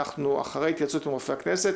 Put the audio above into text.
אחרי התייעצות עם רופא הכנסת.